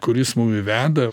kuris mumi veda